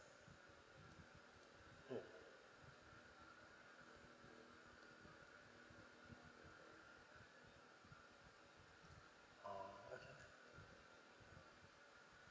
mm oh okay